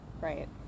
Right